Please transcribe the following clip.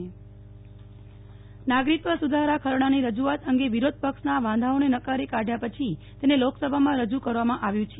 નેહ્લ ઠક્કર નાગરિકત્વ સુધારા ખરડો નાગરિકત્વ સુધારા ખરડાની રજૂઆત અંગે વિરોધપક્ષના વાંધાઓને નકારી કાઢ્યા પછી તેને લોકસભામાં રજૂ કરવામાં આવ્યું છે